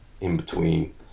in-between